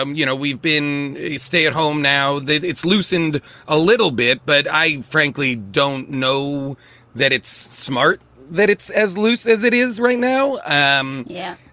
um you know, we've been a stay at home now. it's loosened a little bit. but i frankly don't know that it's smart that it's as loose as it is right now. um yeah.